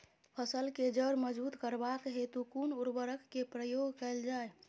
फसल केँ जड़ मजबूत करबाक हेतु कुन उर्वरक केँ प्रयोग कैल जाय?